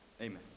Amen